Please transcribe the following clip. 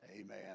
Amen